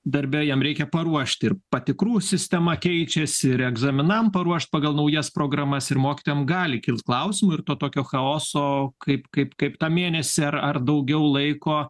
darbe jam reikia paruošti ir patikrų sistema keičiasi ir egzaminam paruošt pagal naujas programas ir mokytojam gali kilt klausimų ir to tokio chaoso kaip kaip kaip tą mėnesį ar ar daugiau laiko